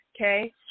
Okay